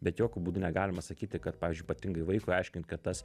bet jokiu būdu negalima sakyti kad pavyzdžiui ypatingai vaikui aiškint kad tas